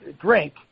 drink